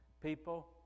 people